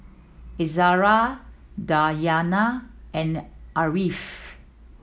Izara Dayana and Ariff